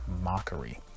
mockery